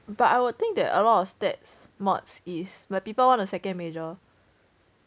but I would think that a lot of stats mods is where people want a second major